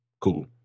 Cool